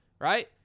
right